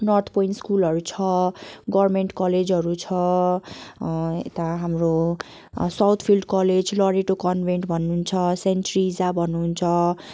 north point स्कुलहरू छ government कलेजहरू छ यता हाम्रो south field college Loreto convent भन्नुहुन्छ सेन्ट ट्रिजा भन्नुहुन्छ